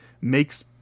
makes